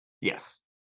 Yes